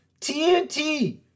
TNT